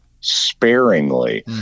sparingly